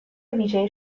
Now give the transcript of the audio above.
ویژه